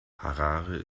harare